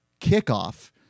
kickoff